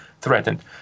threatened